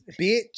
bitch